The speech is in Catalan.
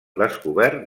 descobert